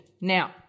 Now